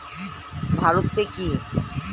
ভারত পে কি?